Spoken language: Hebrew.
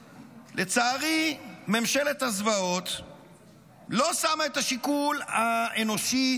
לצערי, ממשלת הזוועות לא שמה את השיקול האנושי,